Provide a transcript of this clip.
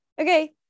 okay